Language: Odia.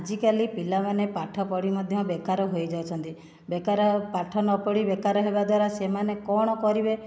ଆଜିକାଲି ପିଲାମାନେ ପାଠ ପଢ଼ି ମଧ୍ୟ ବେକାର ହୋଇ ଯାଉଛନ୍ତି ବେକାର ପାଠ ନପଢ଼ି ବେକାର ହେବା ଦ୍ୱାରା ସେମାନେ କ'ଣ କରିବେ